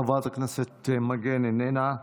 חברת הכנסת מגן, איננה.